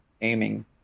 aiming